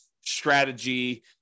strategy